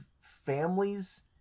families